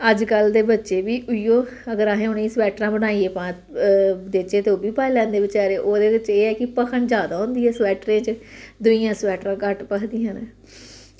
अजकल्ल दे बच्चे बी उयो अगर असें उनें स्वेटरां बनाइयै पा देचै ते ओह्बी पाई लैंदे बेचारे ओह्दे च एह् ऐ की भखन जादै होंदी ऐ स्वेटरे बिच दुइयां स्वेटरां घट्ट भखदियां न